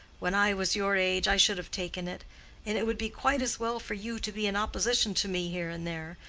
when i was your age, i should have taken it. and it would be quite as well for you to be in opposition to me here and there.